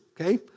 okay